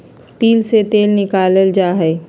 तिल से तेल निकाल्ल जाहई